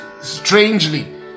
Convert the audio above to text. strangely